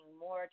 more